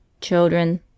Children